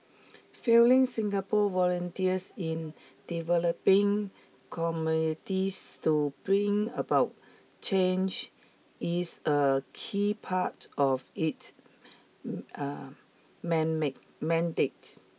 fielding Singapore volunteers in developing communities to bring about change is a key part of its mandate